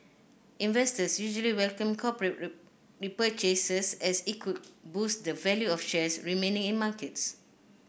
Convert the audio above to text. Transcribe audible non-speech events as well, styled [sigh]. investors usually welcome corporate [unintelligible] repurchases as it could boost the value of shares remaining in markets